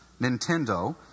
Nintendo